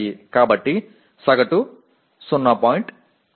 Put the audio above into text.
కాబట్టి సగటు 0